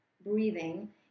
breathing